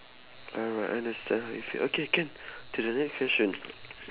oh I understand how you feel okay can to the next question